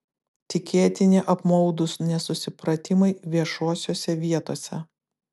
tikėtini apmaudūs nesusipratimai viešosiose vietose